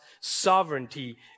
sovereignty